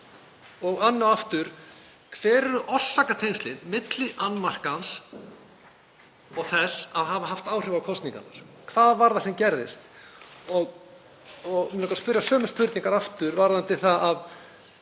Og enn og aftur: Hver eru orsakatengslin milli annmarkans og þess að það hafi haft áhrif á kosningarnar? Hvað var það sem gerðist? Og mig langar að spyrja sömu spurningar aftur varðandi það